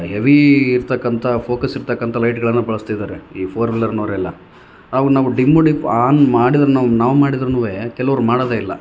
heavy ಇರ್ತಕ್ಕಂಥ focus ಇರ್ತಕ್ಕಂಥ ಲೈಟ್ಗಳನ್ನು ಬಳಸ್ತಿದ್ದಾರೆ ಈ ಫೋರ್ ವೀಲರ್ನವರೆಲ್ಲ ಅವು ನಮಗೆ ಡಿಮ್ಮು ಡಿಫ್ ಆನ್ ಮಾಡಿದರು ನಾವು ನಾವು ಮಾಡಿದ್ರುನು ಕೆಲವ್ರು ಮಾಡೋದೇ ಇಲ್ಲ